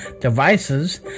devices